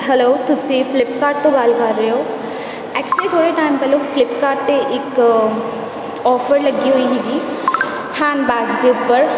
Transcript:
hello ਤੁਸੀਂ Flipkart ਤੋਂ ਗੱਲ ਕਰ ਰਹੇ ਹੋ ਐਕਚੁਅਲੀ ਥੋੜ੍ਹੇ ਟਾਈਮ ਪਹਿਲਾਂ ਫਲਿਪਕਾਰਟ 'ਤੇ ਇੱਕ ਓਫਰ ਲੱਗੀ ਹੋਈ ਸੀਗੀ ਹੈਂਡਬੈਗਸ ਦੇ ਉੱਪਰ